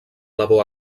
labor